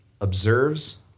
observes